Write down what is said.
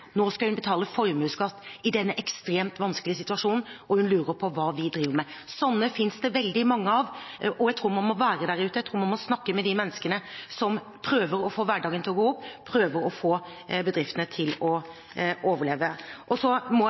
nå skal hun betale formuesskatt i denne ekstremt vanskelige situasjonen. Hun lurer på hva vi driver med. Sånne eksempler finnes det veldig mange av. Jeg tror man må være der ute, man må snakke med de menneskene som prøver å få hverdagen til å gå opp, og prøver å få bedriftene til å overleve. Jeg må også si at det at noen misforstår hvordan våre ordninger brukes, må